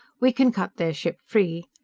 we can cut their ship free.